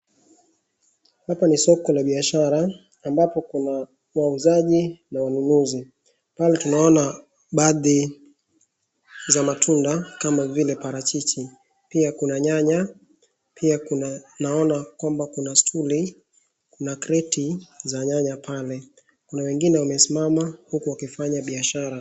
Hapa ni soko la biashara ambapo kuna wauzaji na wanunuzi. Pale tunaona baadhi ya matunda kama vile parachichi. Pia kuna nyanya pia naona kwamba kuna stuli, kuna kreti za nyanya pale. Kuna wengine wamesimama huku wakifanya biashara.